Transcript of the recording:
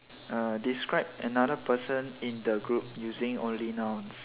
err describe another person in the group using only nouns